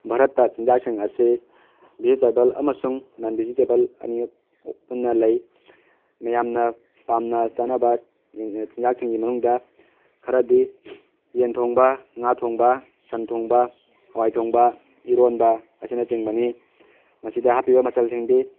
ꯚꯥꯔꯠꯇ ꯆꯤꯟꯖꯥꯛꯁꯤꯡ ꯑꯁꯤ ꯚꯤꯖꯤꯇꯦꯕꯜ ꯑꯃꯁꯨꯡ ꯅꯟ ꯚꯤꯖꯤꯇꯦꯕꯜ ꯑꯅꯤ ꯄꯨꯟꯅ ꯂꯩ ꯃꯌꯥꯝꯅ ꯄꯥꯝꯅ ꯆꯥꯅꯕ ꯆꯤꯟꯖꯥꯛꯁꯤꯡꯒꯤ ꯃꯅꯨꯡꯗ ꯈꯔꯗꯤ ꯌꯦꯟꯊꯣꯡꯕ ꯉꯥ ꯊꯣꯡꯕ ꯁꯟ ꯊꯣꯡꯕ ꯍꯋꯥꯏ ꯊꯣꯡꯕ ꯏꯔꯣꯟꯕ ꯑꯁꯤꯅꯆꯤꯡꯕꯅꯤ ꯃꯁꯤꯗ ꯍꯥꯞꯄꯤꯕ ꯃꯆꯜꯁꯤꯡꯗꯤ